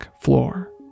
floor